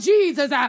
Jesus